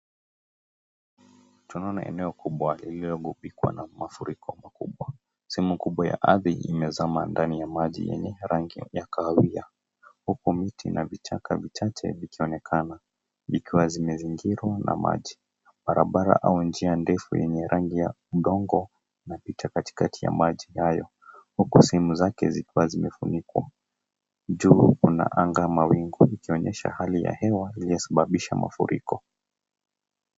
Tunaona eneo kubwa lililogubikwa na mafuriko kubwa sehemu kubwa ya ardhii imezama ndani ya maji yenye rangi ya kahawia, huku miti na vichaka vichache vikionekana ikiwa zimezingirwa na maji barabara au njia ndefu yenye rangi ya udongo unapita katikati ya maji hayo huku sehemu zake zikiwa zimefunikwa. Juu kuna anga mawingu ikionyesha hali ya hewa iliyosababisha mafuriko.